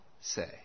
say